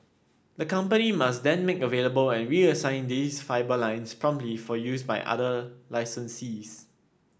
the company must then make available and reassign these fibre lines promptly for use by other licensees